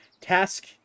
task